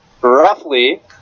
roughly